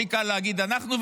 הכי קל להגיד אנחנו.